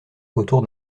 autour